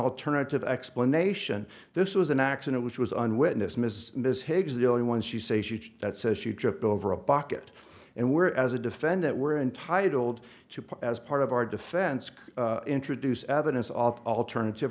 alternative explanation this was an accident which was an witness mrs ms higgs the only one she say she that says she tripped over a bucket and where as a defendant were entitled to put as part of our defense introduce evidence of alternative